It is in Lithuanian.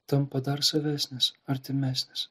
tampa dar savesnis artimesnis